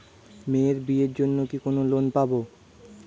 মেয়ের বিয়ের জন্য কি কোন লোন পাব?